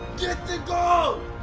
get the gold!